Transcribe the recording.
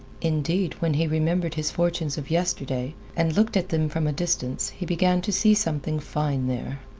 indeed, when he remembered his fortunes of yesterday, and looked at them from a distance he began to see something fine there.